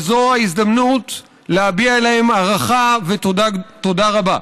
וזו ההזדמנות להביע להם הערכה ותודה רבה,